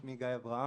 שמי גיא אברהם.